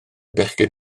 bechgyn